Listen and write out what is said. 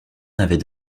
n’avait